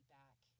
back